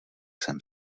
jsem